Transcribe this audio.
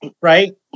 right